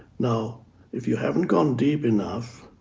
now if you haven't gone deep enough,